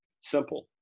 simple